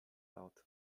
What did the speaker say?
out